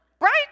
Right